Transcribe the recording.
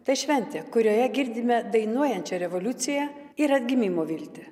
tai šventė kurioje girdime dainuojančią revoliuciją ir atgimimo viltį